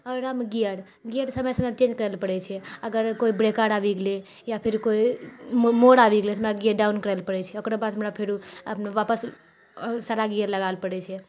आओर ओकरामे gear gear समय समयपर चेन्ज करैलए पड़ै छै अगर कोई ब्रेकर आबि गेलै या फेर कोई मोड़ आबि गेलै हमरा गिअर डाउन करैलए पड़ै छै ओकर बाद हमरा फेरो वापस सारा गिअर लगाबैलए पड़ै छै